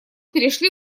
перешли